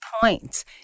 points